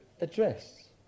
address